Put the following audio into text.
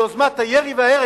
ליוזמת הירי וההרג.